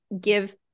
give